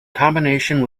combination